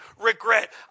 regret